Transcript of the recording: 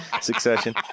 Succession